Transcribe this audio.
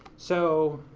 so